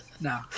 No